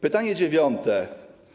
Pytanie dziewiąte.